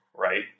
Right